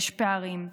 יש פערים,